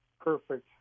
perfect